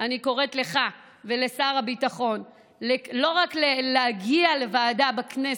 אני קוראת לך ולשר הביטחון לא רק להגיע לוועדה בכנסת,